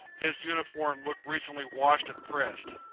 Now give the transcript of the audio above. his uniform looked recently washed and pressed.